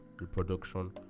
reproduction